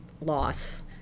loss